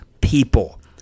people